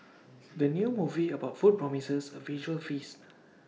the new movie about food promises A visual feast